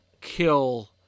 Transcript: kill